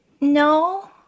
No